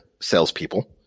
salespeople